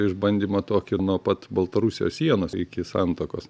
išbandymą tokį nuo pat baltarusijos sienos iki santakos